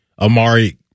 Amari